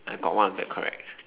I got white and black correct